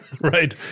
Right